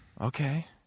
Okay